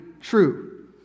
true